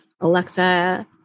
Alexa